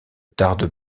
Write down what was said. tarde